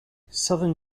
southern